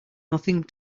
nothing